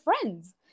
friends